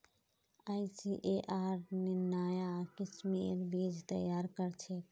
ICAR नाया किस्मेर बीज तैयार करछेक